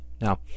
Now